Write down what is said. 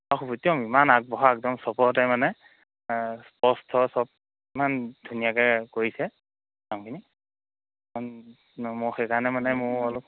একদম ইমান আগবঢ়া একদম চবতে মানে স্পষ্ট চব ইমান ধুনীয়াকৈ কৰিছে কামখিনি সেইকাৰণে মানে মইও অলপ